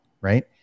Right